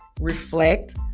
reflect